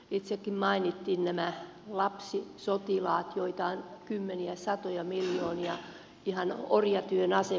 itsekin mainitsin nämä lapsisotilaat joita on kymmeniä satoja miljoonia ihan orjan asemassa